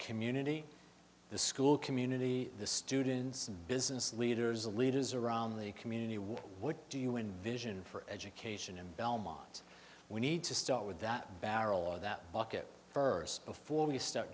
community the school community the students and business leaders the leaders around the community what do you envision for education in belmont we need to start with that barrel or that bucket first before you start